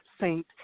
Saint